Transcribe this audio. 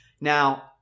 Now